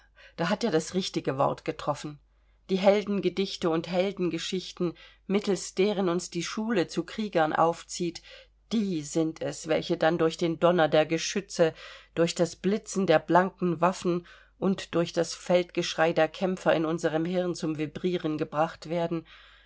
da hat er das richtige wort getroffen die heldengedichte und heldengeschichten mittelst deren uns die schule zu kriegern aufzieht die sind es welche dann durch den donner der geschütze durch das blitzen der blanken waffen und durch das feldgeschrei der kämpfer in unserem hirn zum vibrieren gebracht werden